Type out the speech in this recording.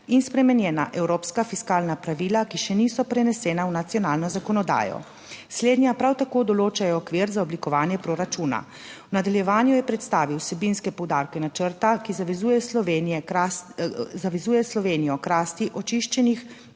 in spremenjena evropska fiskalna pravila, ki še niso prenesena v nacionalno zakonodajo; slednja prav tako določa okvir za oblikovanje proračuna. V nadaljevanju je predstavil vsebinske poudarke načrta, ki zavezuje Slovenije zavezuje